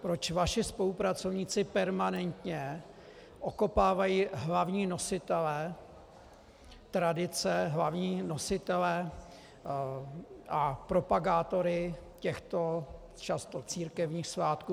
Proč vaši spolupracovníci permanentně okopávají hlavní nositele tradice, hlavní nositele a propagátory těchto často církevních svátků?